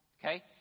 Okay